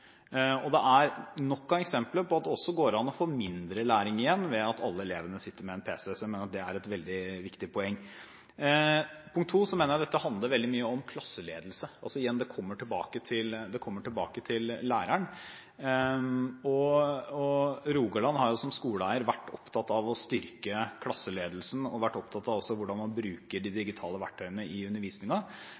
Det er nok av eksempler på at det også går an å få mindre læring igjen ved at alle elevene sitter med en pc, så jeg mener at det er et veldig viktig poeng. Punkt to: Jeg mener dette handler veldig mye om klasseledelse. Igjen – det kommer tilbake til læreren. Rogaland fylkeskommune har som skoleeier vært opptatt av å styrke klasseledelsen, og også vært opptatt av hvordan man bruker de digitale verktøyene i